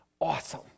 awesome